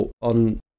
on